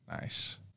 Nice